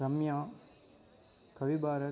Ramya Kavibharat